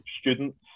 students